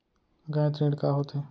गैर ऋण का होथे?